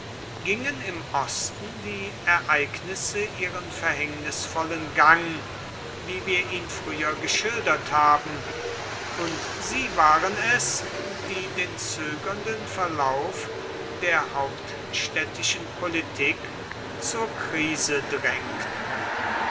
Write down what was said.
gingen im osten die ereignisse ihren verhängnisvollen gang wie wir ihn früher geschildert haben und sie waren es die den zögernden verlauf der hauptstädtischen politik zur krise drängten